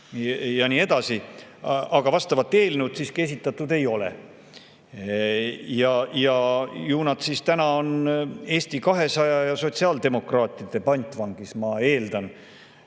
ja nii edasi? Aga vastavat eelnõu siiski esitatud ei ole. Ju nad siis täna on Eesti 200 ja sotsiaaldemokraatide pantvangis, ma eeldan,